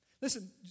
Listen